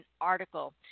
article